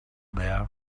there